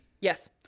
Yes